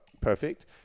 Perfect